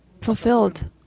fulfilled